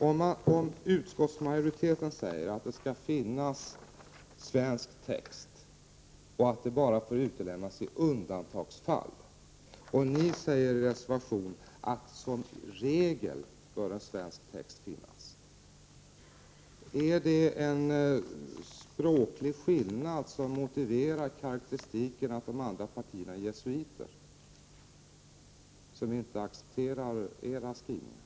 Om utskottsmajoriteten säger att det skall finnas svensk text och att en sådan bara får utelämnas i undantagsfall, och miljöpartiet i reservationen säger att svensk text som regel bör finnas: är detta en språklig skillnad som gör det motiverat att karakterisera de andra partierna som jesuiter när de inte accepterar miljöpartiets skrivning?